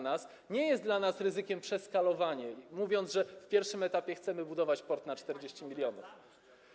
Nie jest dla nas ryzykiem przeskalowanie, gdy mówimy, że w pierwszym etapie chcemy budować port na 40 mln.